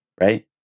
Right